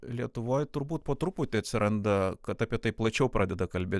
lietuvoj turbūt po truputį atsiranda kad apie tai plačiau pradeda kalbėt